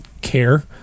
care